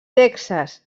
texas